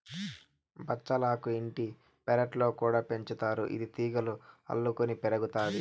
బచ్చలాకు ఇంటి పెరట్లో కూడా పెంచుతారు, ఇది తీగలుగా అల్లుకొని పెరుగుతాది